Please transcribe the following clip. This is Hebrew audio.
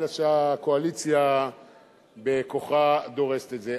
אלא שהקואליציה בכוחה דורסת את זה.